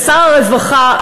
שר הרווחה.